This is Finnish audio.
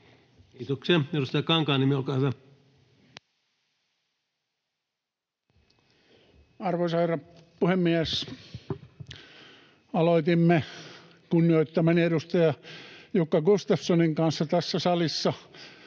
Arvoisa herra puhemies! Aloitimme kunnioittamani edustaja Jukka Gustafssonin kanssa tässä salissa,